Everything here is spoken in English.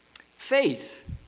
Faith